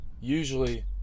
Usually